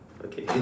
okay